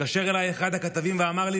התקשר אליי אחד הכתבים ואמר לי: